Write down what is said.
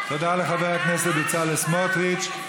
תודה לחבר הכנסת בצלאל סמוטריץ.